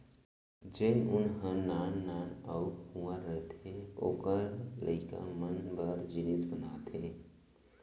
जेन ऊन ह नान नान अउ कुंवर रथे ओकर लइका मन बर जिनिस बनाथे